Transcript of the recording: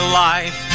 life